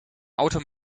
auto